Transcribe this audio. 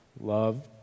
Love